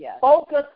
Focus